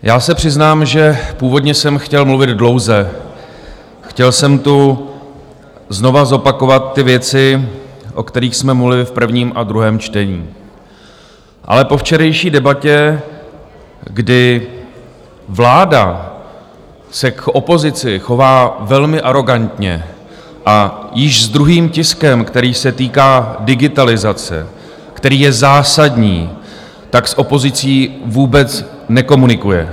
Já se přiznám, že původně jsem chtěl mluvit dlouze, chtěl jsem tu znova zopakovat ty věci, o kterých jsme mluvili v prvním a druhém čtení, ale po včerejší debatě, kdy vláda se k opozici chová velmi arogantně, a již s druhým tiskem, který se týká digitalizace, který je zásadní, s opozicí vůbec nekomunikuje.